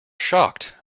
shocked